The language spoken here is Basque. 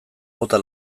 bota